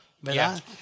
¿verdad